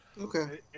Okay